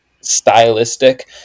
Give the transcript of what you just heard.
stylistic